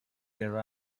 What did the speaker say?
their